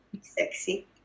sexy